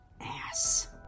ass